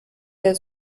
der